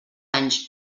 anys